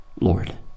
Lord